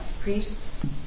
Priests